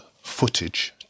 footage